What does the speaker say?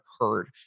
occurred